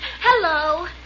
hello